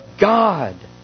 God